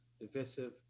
divisive